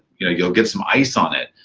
you know you'll get some ice on it.